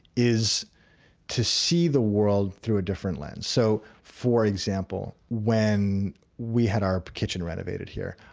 is to see the world through a different lens? so for example, when we had our kitchen renovated here,